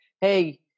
Hey